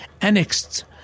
annexed